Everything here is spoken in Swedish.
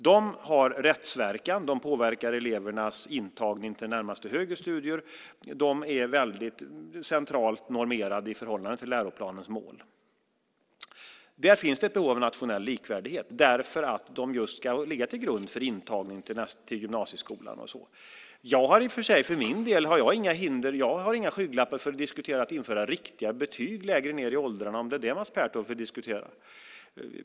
De har rättsverkan; de påverkar elevernas intagning till närmaste högre studier; de är väldigt centralt normerade i förhållande till läroplanens mål. Där finns det ett behov av nationell likvärdighet därför att de just ska ligga till grund för intagning till gymnasieskolan. Jag har inga skygglappar när det gäller att diskutera att införa riktiga betyg längre ned i åldrarna om det är det Mats Pertoft vill diskutera.